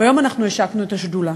והיום אנחנו השקנו את השדולה.